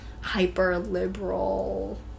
hyper-liberal